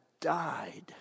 died